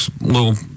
little